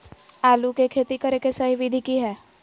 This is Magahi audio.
आलू के खेती करें के सही विधि की हय?